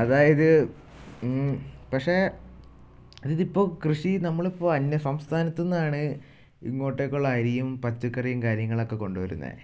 അതായത് പക്ഷെ അതിപ്പോൾ കൃഷി നമ്മൾ ഇപ്പോൾ അന്യ സംസ്ഥാനത്ത് നിന്നാണ് ഇങ്ങോട്ടേക്കുള്ള അരിയും പച്ചക്കറിയും കാര്യങ്ങൾ ഒക്കെ കൊണ്ടുവരുന്നത്